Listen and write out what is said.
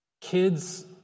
kids